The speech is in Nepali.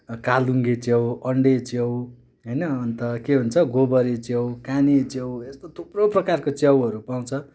कालुङ्गे च्याउ अन्डे च्याउ होइन अन्त के हुन्छ गोबरे च्याउ काने च्याउ यस्तो थुप्रो प्रकारको च्याउहरू पाउँछ